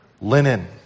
linen